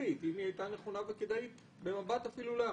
היא הייתה נכונה וכדאית במבט לאחור.